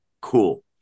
cool